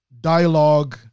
dialogue